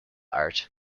art